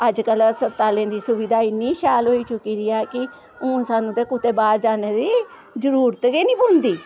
अजकल्ल हस्पताले दी सुविधा इन्नी शैल होई चुकी दी ऐ कि हून सानूं ते कुतै बाह्र जाने दी जरुरत गै नी पोंदी